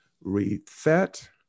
reset